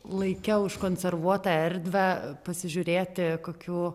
laike užkonservuotą erdvę pasižiūrėti kokių